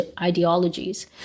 ideologies